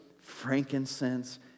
frankincense